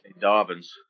dobbins